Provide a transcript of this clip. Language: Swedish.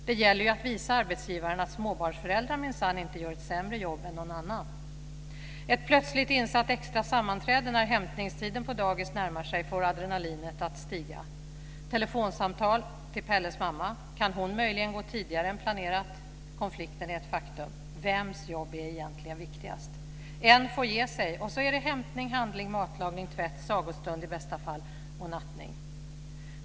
Det gäller ju att visa arbetsgivaren att småbarnsföräldrar minsann inte gör ett sämre jobb än någon annan. Ett plötsligt insatt extra sammanträde när hämtningstiden på dagis närmar sig får adrenalinet att stiga. Telefonsamtal till Pelles mamma: Kan hon möjligen gå tidigare än planerat? Konflikten är ett faktum. Vems jobb är egentligen viktigast? En får ge sig och så är det hämtning, handling, matlagning, tvätt, sagostund, i bästa fall, och nattning.